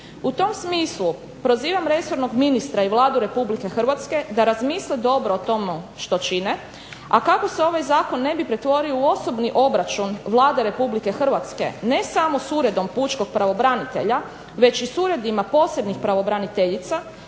U tom smislu prozivam resornog ministra i Vladu Republike Hrvatske da razmisle dobro o tomu što čine, a kako se ovaj zakon ne bi pretvorio u osobni obračun Vlade Republike Hrvatske ne samo s uredom pučkog pravobranitelja, već i s uredima posebnih pravobraniteljica